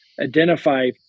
identify